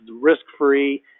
risk-free